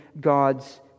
God's